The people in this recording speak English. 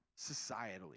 societally